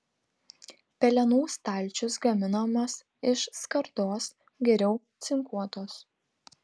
pelenų stalčius gaminamas iš skardos geriau cinkuotos